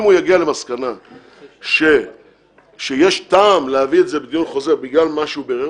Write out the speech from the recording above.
אם הוא יגיע למסקנה שיש טעם להביא את זה לדיון חוזר בגלל מה שהוא ברר,